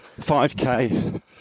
5k